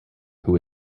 who